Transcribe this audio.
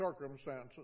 circumstances